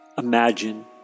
Imagine